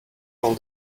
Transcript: all